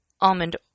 Almond